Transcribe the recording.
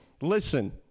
listen